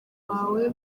wawe